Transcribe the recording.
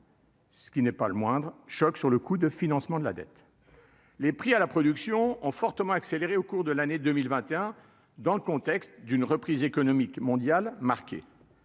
Ce qui n'est pas le moindre choc sur le coût de financement de la dette, les prix à la production ont fortement accéléré au cours de l'année 2021, dans le contexte d'une reprise économique mondiale marquée.